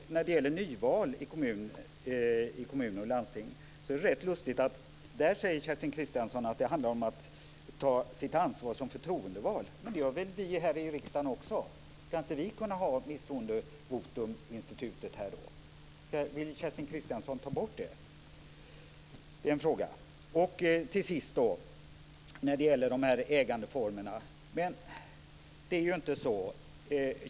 När det gäller nyval i kommuner och landsting är det rätt lustigt att Kerstin Kristiansson Karlstedt säger att det handlar om att ta sitt ansvar som förtroendevald. Det gör vi här i riksdagen. Ska vi inte kunna ha misstroendevotuminstitutet här? Vill Kerstin Kristiansson Karlstedt ta bort det?